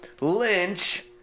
Lynch